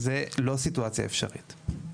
זאת לא סיטואציה אפשרית.